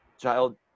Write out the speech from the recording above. Child